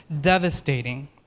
devastating